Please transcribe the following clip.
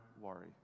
worry